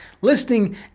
listing